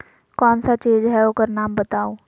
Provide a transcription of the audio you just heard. कौन सा चीज है ओकर नाम बताऊ?